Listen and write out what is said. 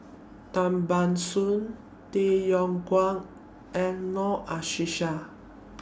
Tan Ban Soon Tay Yong Kwang and Noor Aishah